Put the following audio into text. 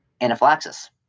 anaphylaxis